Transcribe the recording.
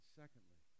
secondly